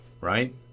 right